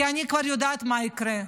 כי אני כבר יודעת כבר מה יקרה.